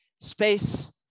space